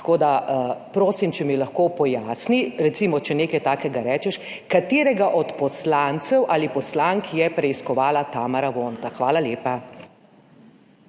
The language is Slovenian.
Tako da prosim, če mi lahko pojasni, recimo, če nekaj takega rečeš, katerega od poslancev ali poslank je preiskovala Tamara Vonta. Hvala lepa.